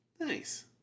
Nice